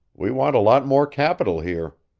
we want a lot more capital here.